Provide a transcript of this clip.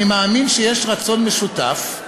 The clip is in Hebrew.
אני מאמין שיש רצון משותף,